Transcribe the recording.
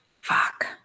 Fuck